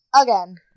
again